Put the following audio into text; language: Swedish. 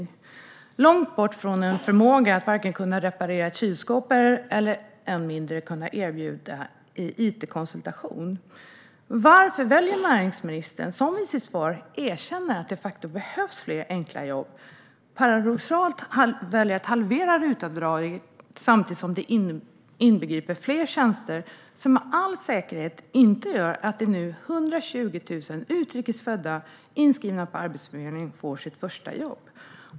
De är långt borta från att vare sig kunna reparera ett kylskåp eller, än mindre, att erbjuda it-konsultation. Varför väljer näringsministern, som i sitt svar erkänner att det faktiskt behövs fler enkla jobb, att paradoxalt nog halvera RUT-avdraget samtidigt som det inbegriper fler tjänster som med all säkerhet inte gör att de nu 120 000 utrikesfödda som är inskrivna på Arbetsförmedlingen får sitt första jobb?